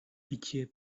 pitié